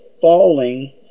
falling